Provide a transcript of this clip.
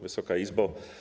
Wysoka Izbo!